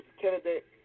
candidate